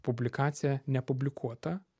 publikacija nepublikuota